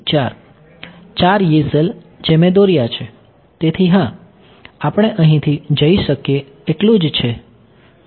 4 Yee cell જે મેં દોર્યા છે તેથી હા આપણે અહીંથી જઈ શકીએ એટલું જ છે